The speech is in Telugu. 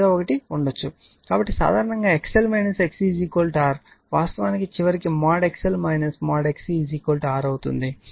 కాబట్టి సాధారణంగా XL XC R వాస్తవానికి చివరికి mod XL mod XC R అవుతుంది